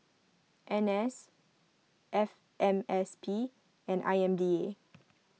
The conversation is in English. N S F M S P and I M B A